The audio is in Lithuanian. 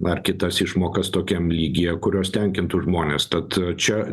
ar kitas išmokas tokiam lygyje kurios tenkintų žmones tad čia